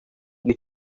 you